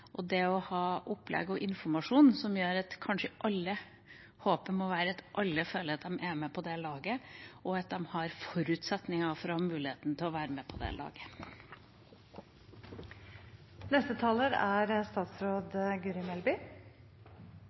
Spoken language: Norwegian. må håpet være at alle føler at de er med på det laget, og at de har forutsetninger og mulighet til å være med på det laget.